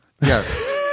yes